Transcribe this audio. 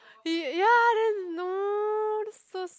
y~ ya then no that's so